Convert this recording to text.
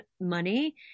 money